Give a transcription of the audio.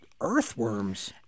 earthworms